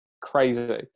crazy